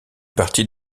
partie